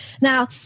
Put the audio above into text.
Now